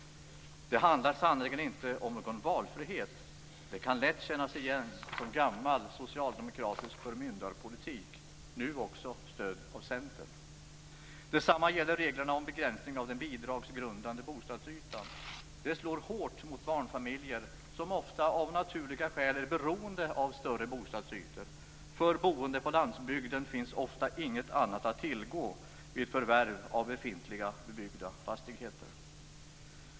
Det handlar sannerligen inte om någon valfrihet. Det kan lätt kännas igen som gammal socialdemokratisk förmyndarpolitik, nu stödd av Centern. Detsamma gäller reglerna om begränsning av den bidragsgrundande bostadsytan. Det slår hårt mot barnfamiljer som ofta, av naturliga skäl, är beroende av större bostadsytor. För boende på landsbygden finns ofta inget annat att tillgå vid förvärv av befintliga bebyggda fastigheter.